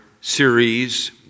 series